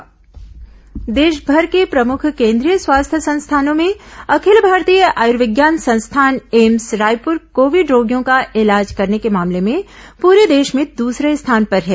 AIIMS Raipur इलाज देशभर के प्रमुख केंद्रीय स्वास्थ्य संस्थानों में अखिल भारतीय आयुर्विज्ञान संस्थान एम्स रायपुर कोविड रोगियों का इलाज करने के मामले में पूरे देश में दूसरे स्थान पर है